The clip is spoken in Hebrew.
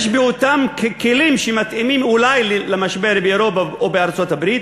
באותם כלים שמתאימים אולי למשבר באירופה או בארצות-הברית,